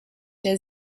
der